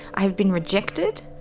i have been rejected.